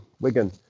Wigan